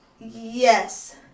yes